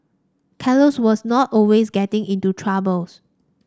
Carlos was not always getting into troubles